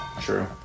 true